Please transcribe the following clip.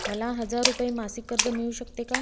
मला हजार रुपये मासिक कर्ज मिळू शकते का?